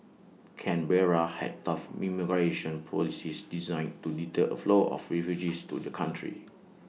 Canberra has tough immigration policies designed to deter A flow of refugees to the country